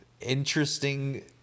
interesting